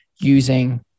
using